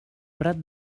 prat